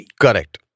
Correct